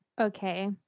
Okay